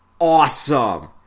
awesome